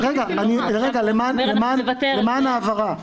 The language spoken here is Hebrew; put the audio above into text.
למען ההבהרה,